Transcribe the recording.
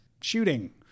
shooting